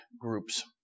groups